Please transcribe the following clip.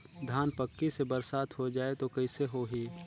धान पक्की से बरसात हो जाय तो कइसे हो ही?